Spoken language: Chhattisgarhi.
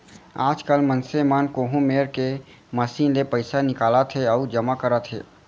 आजकाल मनसे मन कोहूँ मेर के मसीन ले पइसा निकालत हें अउ जमा करत हें